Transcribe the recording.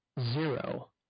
zero